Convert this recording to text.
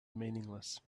meaningless